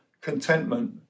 contentment